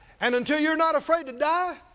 and until you are not afraid to die,